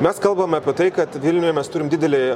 mes kalbame apie tai kad vilniuje mes turim didelį